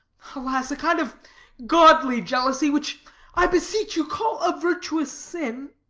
alas, a kind of godly jealousy, which i beseech you call a virtuous sin,